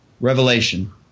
Revelation